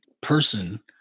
person